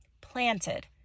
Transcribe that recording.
planted